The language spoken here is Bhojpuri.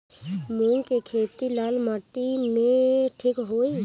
मूंग के खेती लाल माटी मे ठिक होई?